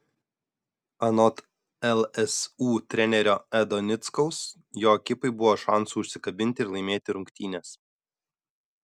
anot lsu trenerio edo nickaus jo ekipai buvo šansų užsikabinti ir laimėti rungtynes